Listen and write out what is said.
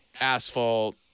asphalt